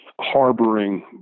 harboring